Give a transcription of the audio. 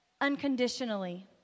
unconditionally